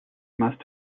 must